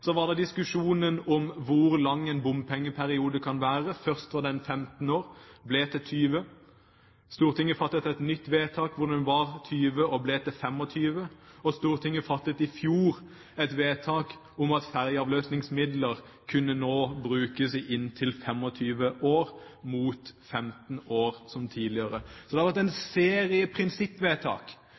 var diskusjon om hvor lang en bompengeperiode kan være. Først var den 15 år, så ble den 20 år. Stortinget fattet et nytt vedtak hvor den ble endret fra 20 år til 25 år. Stortinget fattet i fjor et vedtak om at ferjeavløsningsmidler nå kan brukes i inntil 25 år mot 15 år tidligere. Så det har vært en serie prinsippvedtak,